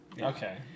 Okay